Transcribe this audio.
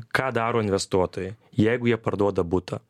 ką daro investuotojai jeigu jie parduoda butą